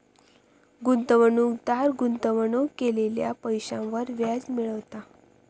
गुंतवणूकदार गुंतवणूक केलेल्या पैशांवर व्याज मिळवता